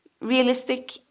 realistic